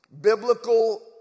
biblical